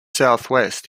southwest